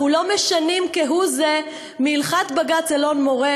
אנחנו לא משנים כהוא-זה מהלכת בג"ץ אלון-מורה,